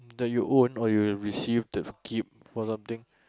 that you own or you received to keep or something